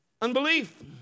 unbelief